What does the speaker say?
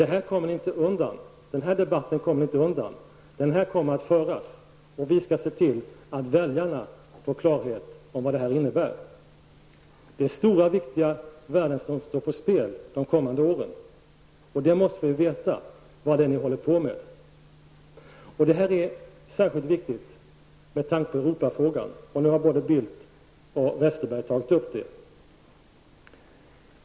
Den här debatten kommer ni inte undan, den kommer att föras. Och vi skall se till att väljarna får klarhet om vad det här innebär. Det är stora, viktiga värden som står på spel de kommande åren, och vi måste veta vad det är ni håller på med. Detta är särskilt viktigt med tanke på Europafrågan, och nu har både Carl Bildt och Bengt Westerberg tagit upp den.